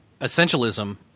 essentialism